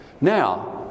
Now